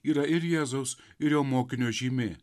yra ir jėzaus ir jo mokinio žymė